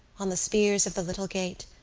on the spears of the little gate,